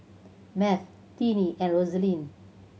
Math Tinnie and Rosalind